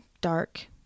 dark